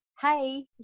Hey